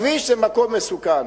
הכביש זה מקום מסוכן.